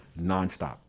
nonstop